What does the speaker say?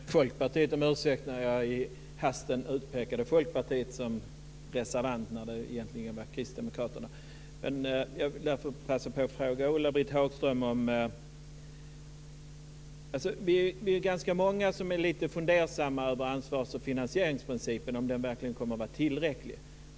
Fru talman! Jag vill börja med att be Folkpartiet om ursäkt när jag i hastigheten utpekade dem som reservanter. Det var egentligen Kristdemokraterna jag menade. Låt mig passa på att ställa en fråga till Ulla-Britt Hagström. Vi är ganska många som är lite fundersamma över om ansvars och finansieringsprincipen verkligen kommer att vara tillräcklig.